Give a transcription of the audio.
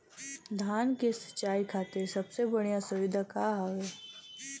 धान क सिंचाई खातिर सबसे बढ़ियां सुविधा का हवे?